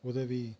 உதவி